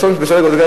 אסון בסדר גודל כזה,